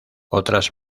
otras